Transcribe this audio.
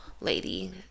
lady